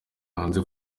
hanze